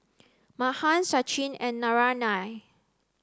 Mahan Sachin and Naraina